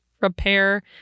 repair